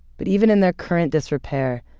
but even in their current disrepair,